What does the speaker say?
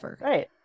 right